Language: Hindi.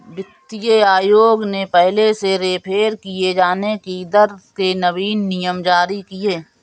वित्तीय आयोग ने पहले से रेफेर किये जाने की दर के नवीन नियम जारी किए